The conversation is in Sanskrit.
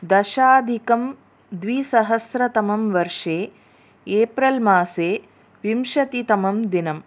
दशाधिकं द्विसहस्रतमं वर्षे एप्रल् मासे विंशतितमं दिनम्